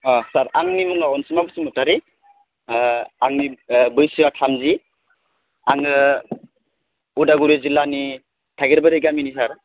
अ सार आंनि मुङा अनसुमा बसुमथारि आंनि बैसोआ थामजि आङो उदालगुरि जिल्लानि थाइगेरबारि गामिनिफ्राय